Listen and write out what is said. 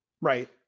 Right